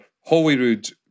Holyrood